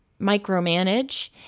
micromanage